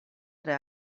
tre